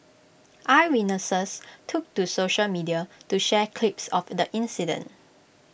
eyewitnesses took to social media to share clips of the incident